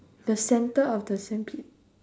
the center of the sandpit